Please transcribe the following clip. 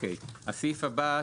הסעיף הבא,